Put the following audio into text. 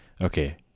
Okay